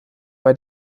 bei